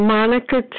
Monica